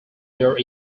there